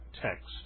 Text